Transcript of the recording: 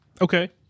Okay